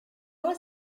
was